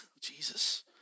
Jesus